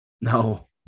No